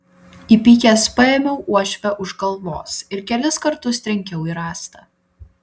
įpykęs paėmiau uošvę už galvos ir kelis kartus trenkiau į rąstą